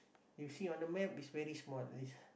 you see on the map is very small